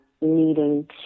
needing